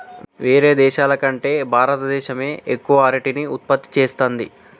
వేరే దేశాల కంటే భారత దేశమే ఎక్కువ అరటిని ఉత్పత్తి చేస్తంది